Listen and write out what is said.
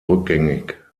rückgängig